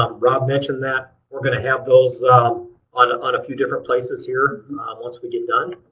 um rob mentioned that. we're going to have those um on ah and few different places here once we get done.